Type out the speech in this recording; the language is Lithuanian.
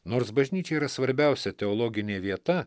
nors bažnyčia yra svarbiausia teologinė vieta